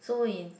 so is